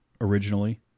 originally